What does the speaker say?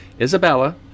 Isabella